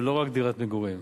ולא רק דירת מגורים.